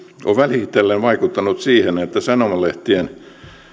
on vähitellen vaikuttanut siihen että sanomalehtien